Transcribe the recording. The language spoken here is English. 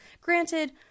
Granted